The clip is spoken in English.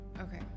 Okay